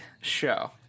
show